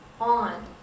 on